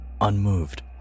unmoved